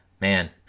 man